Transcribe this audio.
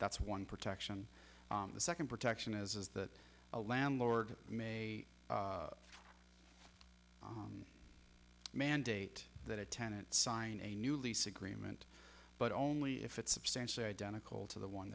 that's one protection the second protection is that a landlord may mandate that a tenant sign a new lease agreement but only if it's substantially identical to the one